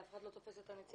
אף אחד לא תופס את הנציגה.